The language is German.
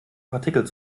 partikel